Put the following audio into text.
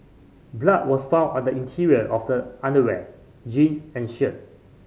blood was found on the interior of the underwear jeans and shirt